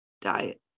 diet